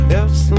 Yes